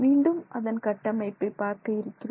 மீண்டும் அதன் கட்டமைப்பை பார்க்கவிருக்கிறோம்